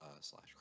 slash